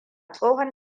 tsohon